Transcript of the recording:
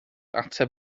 ateb